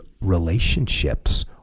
relationships